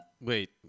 Wait